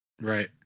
right